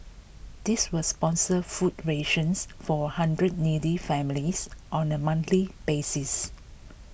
this will sponsor food rations for a hundred needy families on a monthly basis